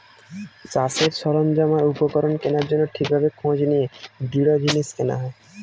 চাষের সরঞ্জাম আর উপকরণ কেনার জন্য ঠিক ভাবে খোঁজ নিয়ে দৃঢ় জিনিস কেনা হয়